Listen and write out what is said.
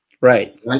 Right